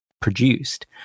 produced